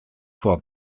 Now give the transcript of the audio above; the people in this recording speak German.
vor